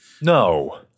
No